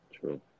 True